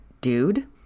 dude